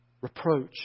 Reproach